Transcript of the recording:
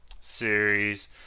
series